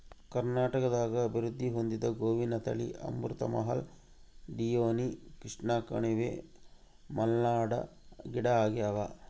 ಕರ್ನಾಟಕದಾಗ ಅಭಿವೃದ್ಧಿ ಹೊಂದಿದ ಗೋವಿನ ತಳಿ ಅಮೃತ್ ಮಹಲ್ ಡಿಯೋನಿ ಕೃಷ್ಣಕಣಿವೆ ಮಲ್ನಾಡ್ ಗಿಡ್ಡಆಗ್ಯಾವ